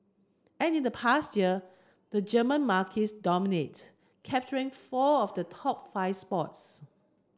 an in past year the German marques dominate capturing four of the top five spots